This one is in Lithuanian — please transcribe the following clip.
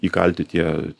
įkalti tie